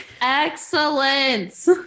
excellence